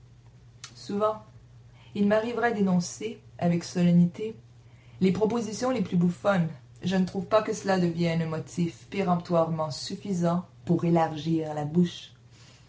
souvent il m'arrivera d'énoncer avec solennité les propositions les plus bouffonnes je ne trouve pas que cela devienne un motif péremptoirement suffisant pour élargir la bouche